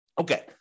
Okay